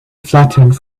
flattened